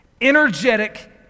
energetic